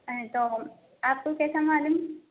ہیں تو آپ کو کیسا معلوم